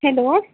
hello